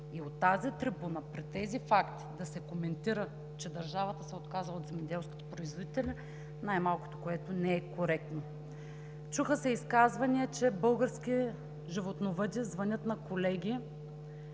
И от тази трибуна при тези факти да се коментира, че държавата се е отказала от земеделските производители най-малкото не е коректно. Чуха се изказвания, че български животновъди звънят на колеги